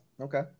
Okay